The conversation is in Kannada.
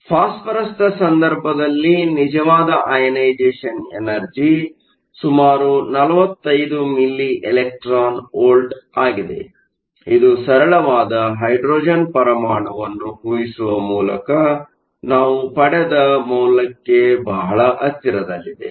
ಫಾಸ್ಪರಸ್ದ ಸಂದರ್ಭದಲ್ಲಿ ನಿಜವಾದ ಐಅನೈಸೇ಼ಷನ ಎನರ್ಜಿ ಸುಮಾರು 45 ಮಿಲಿ ಎಲೆಕ್ಟ್ರಾನ್ ವೋಲ್ಟ್ ಆಗಿದೆ ಇದು ಸರಳವಾದ ಹೈಡ್ರೋಜನ್ ಪರಮಾಣುವನ್ನು ಊಹಿಸುವ ಮೂಲಕ ನಾವು ಪಡೆದ ಮೌಲ್ಯಕ್ಕೆ ಬಹಳ ಹತ್ತಿರದಲ್ಲಿದೆ